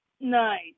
Nice